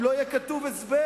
אם לא יהיה כתוב הסבר,